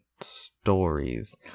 stories